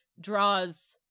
draws